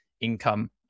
income